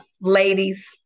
ladies